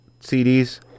CDs